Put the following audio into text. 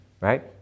Right